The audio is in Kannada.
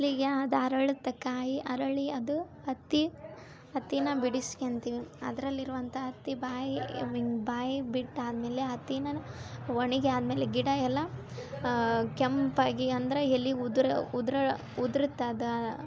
ಬಿಸಿಲಿಗೆ ಅದು ಅರಳತ್ತೆ ಕಾಯಿ ಅರಳಿ ಅದು ಹತ್ತಿ ಹತ್ತಿನ ಬಿಡಿಸ್ಕೊಳ್ತೀವಿ ಅದ್ರಲ್ಲಿರುವಂಥಾ ಹತ್ತಿ ಬಾಯಿ ಐ ಮೀನು ಬಾಯಿ ಬಿಟ್ಟಾದ್ಮೇಲೆ ಹತ್ತಿನನ ಒಣಗಿ ಆದ್ಮೇಲೆ ಗಿಡ ಎಲ್ಲಾ ಕೆಂಪಾಗಿ ಅಂದ್ರ ಎಲೆ ಉದ್ರತ್ತದ